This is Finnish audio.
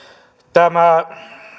tämä